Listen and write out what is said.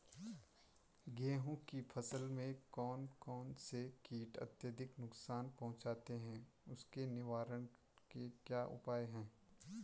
गेहूँ की फसल में कौन कौन से कीट अत्यधिक नुकसान पहुंचाते हैं उसके निवारण के क्या उपाय हैं?